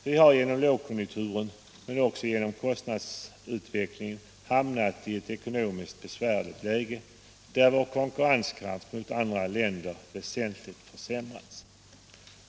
Vi har genom lågkonjunkturen men också genom kostnadsutvecklingen hamnat i ett ekonomiskt besvärligt läge, där vår konkurrenskraft i förhållande till andra länder väsentligt försämrats.